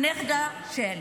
הנכדה של,